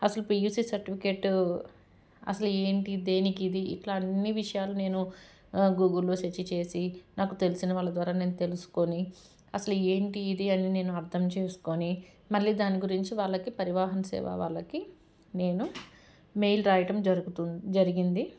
అసలు PUC certificate అసలు ఏంటి దేనికి ఇది ఇట్లా అన్ని విషయాలు నేను గూగుల్లో సర్చి చేసి నాకు తెలిసిన వాళ్ళ ద్వారా నేను తెలుసుకుని అసలు ఏంటి ఇది అని నేను అర్థం చేసుకుని మళ్ళీ దాని గురించి వాళ్ళకి పరివాహన సేవా వాళ్ళకి నేను మెయిల్ రాయటం జరుగుతు జరిగింది